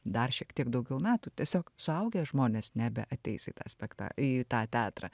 dar šiek tiek daugiau metų tiesiog suaugę žmonės nebeateis į tą spekta į tą teatrą